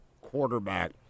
quarterback